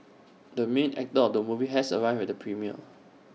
the main actor of the movie has arrived at the premiere